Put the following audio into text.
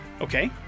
Okay